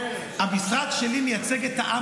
המשרד שלך מייצג את קריב, מלכיאלי?